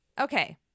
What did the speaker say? Okay